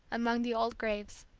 among the old graves.